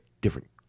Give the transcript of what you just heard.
different